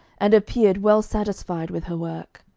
and appeared well satisfied with her work.